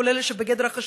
כל אלה שהם בגדר חשודים,